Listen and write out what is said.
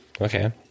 okay